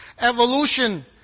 evolution